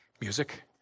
music